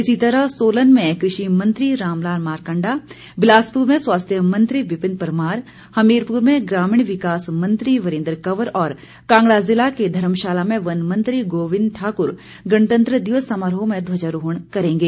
इसी तरह सोलन में कृषि मंत्री रामलाल मारकंडा बिलासपुर में स्वास्थ्य मंत्री विपिन परमार हमीरपुर में ग्रामीण विकास मंत्री वीरेन्द्र कंवर और कांगड़ा जिला के धर्मशाला में वनमंत्री गोबिंद ठाकुर गणतंत्र दिवस समारोह में ध्वजारोहण करेंगे